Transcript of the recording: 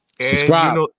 Subscribe